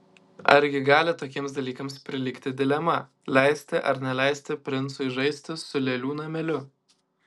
argi gali tokiems dalykams prilygti dilema leisti ar neleisti princui žaisti su lėlių nameliu